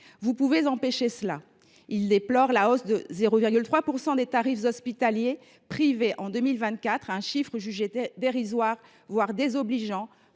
Vous pouvez empêcher cela ! Ils déplorent la hausse de 0,3 % des tarifs hospitaliers privés en 2024, un chiffre jugé dérisoire, voire désobligeant,